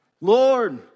Lord